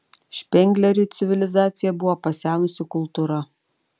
špengleriui civilizacija buvo pasenusi kultūra